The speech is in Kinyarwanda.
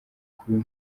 kuba